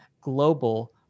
global